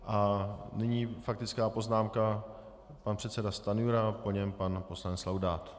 A nyní faktická poznámka pan předseda Stanjura a po něm pan poslanec Laudát.